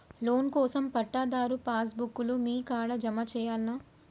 Loan కోసం పట్టాదారు passbook లు మీ కాడా జమ చేయల్నా?